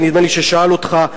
נדמה לי ששאל אותך,